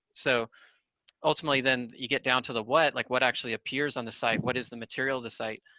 so ultimately then, you get down to the what, like what actually appears on the site, what is the material to site.